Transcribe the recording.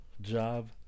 job